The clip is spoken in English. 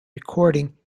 recording